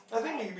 right